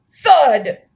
thud